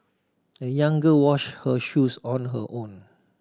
the young girl wash her shoes on her own